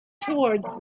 towards